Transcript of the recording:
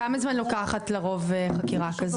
כמה זמן לוקחת לרוב חקירה כזאת?